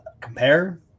compare